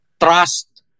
trust